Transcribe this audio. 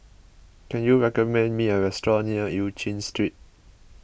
can you recommend me a restaurant near Eu Chin Street